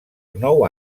nou